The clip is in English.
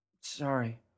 Sorry